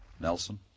Nelson